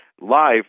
live